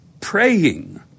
Praying